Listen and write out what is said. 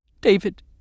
David